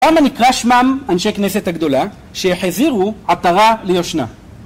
הם הנקרא שמם אנשי כנסת הגדולה, שהחזירו עטרה ליושנה